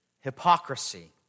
hypocrisy